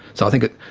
so i think it,